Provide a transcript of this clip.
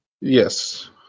Yes